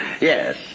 Yes